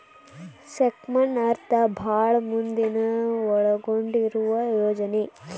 ಸ್ಕೇಮ್ನ ಅರ್ಥ ಭಾಳ್ ಮಂದಿನ ಒಳಗೊಂಡಿರುವ ಯೋಜನೆ